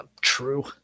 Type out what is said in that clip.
True